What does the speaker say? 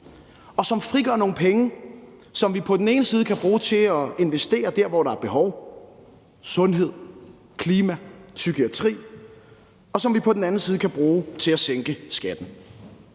og som frigør nogle penge, som vi på den ene side kan bruge til at investere dér, hvor der er behov, sundhed, klima, psykiatri, og som vi på den anden side kan bruge til at sænke skatten.